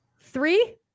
three